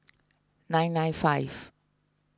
nine nine five